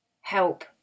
help